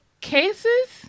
cases